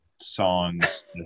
songs